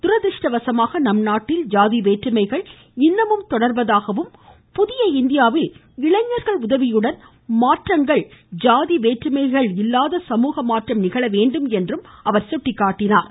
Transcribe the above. துரதிர்ஷ்டவசமாக நம்நாட்டில் ஜாதி வேற்றுமைகள் இன்னும் தொடர்வதாகவும் புதிய இந்தியாவில் இளைஞர்கள் உதவியுடன் மாற்றங்கள் ஜாதி வேற்றுமைகள் இல்லாத சமூக மாற்றம் நிகழ வேண்டும் என்றும் அவர் சுட்டிக்காட்டினார்